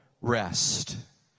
rest